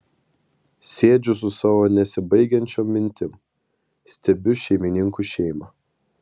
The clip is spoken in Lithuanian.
sėdžiu su savo nesibaigiančiom mintim stebiu šeimininkų šeimą